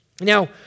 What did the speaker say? Now